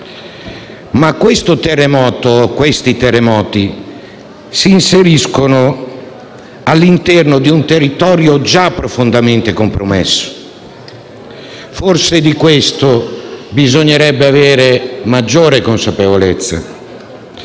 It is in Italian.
questi terremoti si inseriscono all'interno di un territorio già profondamente compromesso - forse di questo bisognerebbe avere maggiore consapevolezza